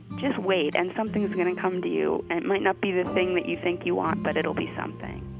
just wait and something's going to come to you. and it might not be the thing that you think you want, but it'll be something